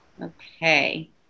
Okay